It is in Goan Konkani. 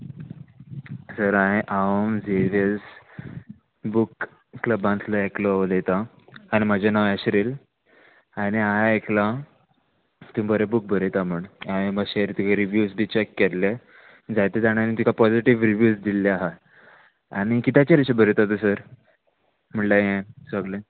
सर हांयें हांव झेविएर्स बूक क्लबांतलो एकलो उलयतां आनी म्हाजें नांव येशरील आनी हांयें आयकलां तूं बरे बूक बरयता म्हण हांयें मातशें तुगे रिव्यूज बी चॅक केल्ले जायते जाणांनी तुका पॉजिटीव रिव्यूज दिल्ले आहा आनी किद्याचेर अशें बरयता तूं सर म्हळ्यार हें सगलें